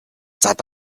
зад